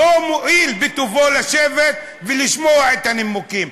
אפילו לא מואיל בטובו לשבת ולשמוע את הנימוקים.